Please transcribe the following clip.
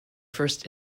first